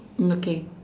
mm okay